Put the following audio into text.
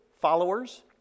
followers